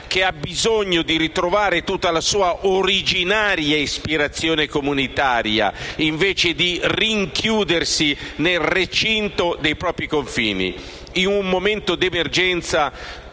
che ha bisogno di ritrovare tutta la sua originaria ispirazione comunitaria, invece di rinchiudersi nel recinto dei propri confini. In un momento di emergenza